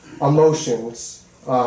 emotions